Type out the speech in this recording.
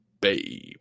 babe